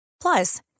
Plus